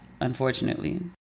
unfortunately